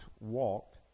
walked